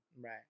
Right